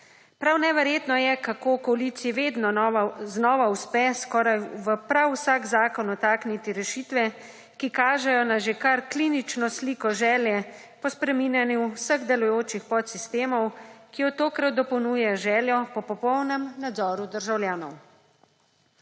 Prav neverjetno je, kako koaliciji vedno znova uspe v prav vsak zakon vtakniti rešitve, ki kažejo na že kar klinično sliko želje po spreminjanju vseh delujočih podsistemov, ki jo tokrat dopolnjuje z željo po polnem nadzoru državljanov.